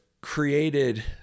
created